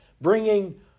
Bringing